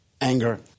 anger